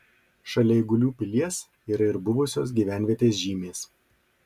šalia eigulių pilies yra ir buvusios gyvenvietės žymės